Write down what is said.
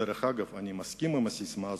דרך אגב, אני מסכים עם הססמה הזאת,